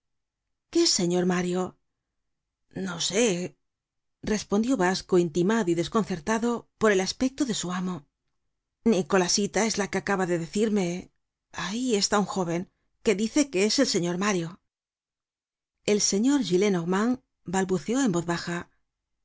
qué señor mario no sé respondió basco intimado y desconcertado por el aspecto de su amo nicolasita es la que acaba de decirme ahí está un jóven que dice es el señor mario el señor gillenormand balbuceó en voz baja